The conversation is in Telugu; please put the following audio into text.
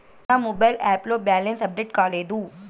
నా మొబైల్ యాప్ లో బ్యాలెన్స్ అప్డేట్ కాలేదు